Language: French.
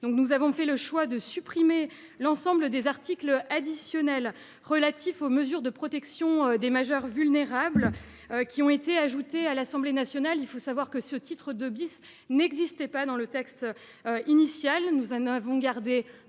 Nous avons fait le choix de supprimer l’ensemble des articles additionnels relatifs aux mesures de protection des majeurs vulnérables qui ont été ajoutés à l’Assemblée nationale. En effet, le titre II n’existait pas dans le texte initial – nous n’avons